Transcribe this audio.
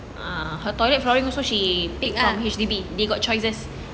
her toilet flooring also she pick from H_D_B they got choices